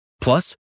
Plus